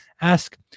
ask